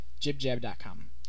Jibjab.com